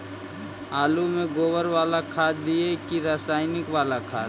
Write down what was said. आलु में गोबर बाला खाद दियै कि रसायन बाला खाद?